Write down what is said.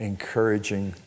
Encouraging